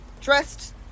dressed